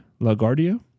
LaGuardia